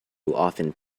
often